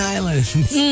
Islands